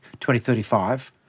2035